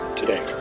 today